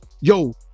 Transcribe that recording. Yo